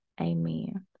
Amen